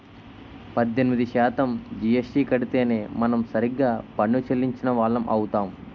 పద్దెనిమిది శాతం జీఎస్టీ కడితేనే మనం సరిగ్గా పన్ను చెల్లించిన వాళ్లం అవుతాం